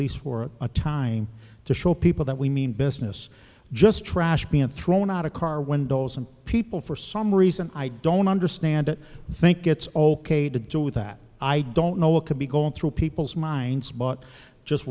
least for a time to show people that we mean business just trash being thrown out of car windows and people for some reason i don't understand it think it's ok to deal with that i don't know what could be going through people's minds but just